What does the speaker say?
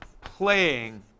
playing